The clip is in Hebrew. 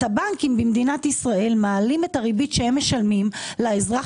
הבנקים במדינת ישראל מעלים את הריבית שהם משלמים לאזרח